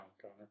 Connor